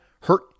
hurt